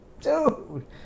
Dude